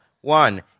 One